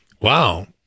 Wow